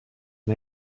and